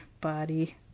body